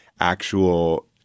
actual